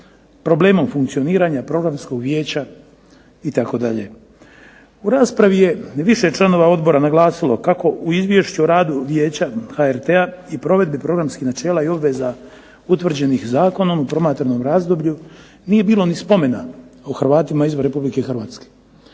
problemom funkcioniranja programskog vijeća itd. U raspravi je više članova Odbora naglasilo kako u Izvješću o radu Vijeća HRT-a i provedbe programskih načela i obveza utvrđenih Zakonom u promatranom razdoblju nije bilo ni spomena o Hrvatima izvan Republike Hrvatske.